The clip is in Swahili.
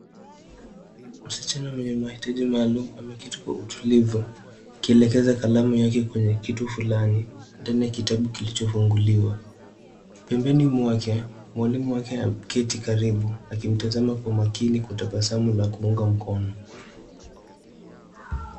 Msichana mwenye mahitaji maalum ameketi kwa utulivu ,akielekeza kalamu yake kwenye kitu fulani ndani ya kitabu kilichofunguliwa. Pembeni mwake, mwalimu wake ameketi karibu akimtazama kwa makini kwa tabasamu ya kumuunga mkono.